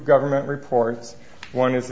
government reports one is